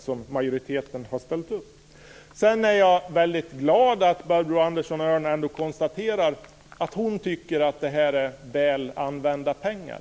Sedan är jag väldigt glad att Barbro Andersson Öhrn ändå tycker att detta är väl använda pengar.